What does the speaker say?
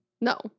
No